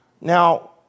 Now